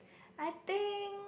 I think